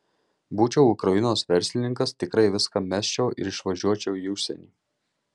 būčiau ukrainos verslininkas tikrai viską mesčiau ir išvažiuočiau į užsienį